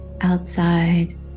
outside